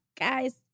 Guys